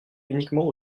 uniquement